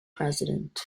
president